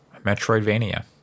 metroidvania